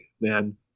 man